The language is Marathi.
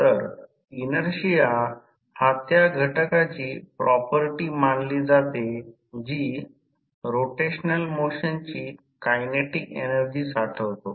तर इनर्शिया हा त्या घटकाची प्रॉपर्टी मानली जाते जी रोटेशनल मोशनची कायनेटिक एनर्जी साठवतो